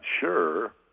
sure